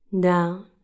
down